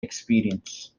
experience